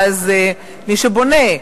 ואז כל מי שבונה,